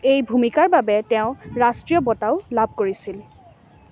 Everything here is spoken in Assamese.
এই ভূমিকাৰ বাবে তেওঁ ৰাষ্ট্ৰীয় বঁটাও লাভ কৰিছিল